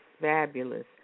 fabulous